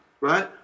right